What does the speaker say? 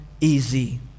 easy